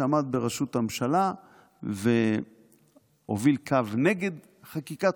שעמד בראשות הממשלה והוביל קו נגד חקיקת